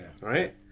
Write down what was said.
Right